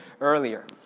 earlier